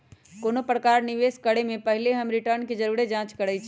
कोनो प्रकारे निवेश करे से पहिले हम रिटर्न के जरुरे जाँच करइछि